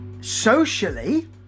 socially